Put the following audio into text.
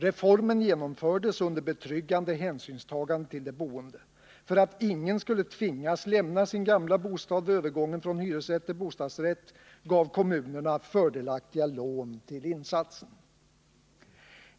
Reformen genomfördes under betryggande hänsynstagande till de boende. För att ingen skulle tvingas lämna sin gamla bostad vid övergången från hyresrätt till bostadsrätt gav kommunerna fördelaktiga lån till insatsen.